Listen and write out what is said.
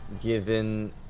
given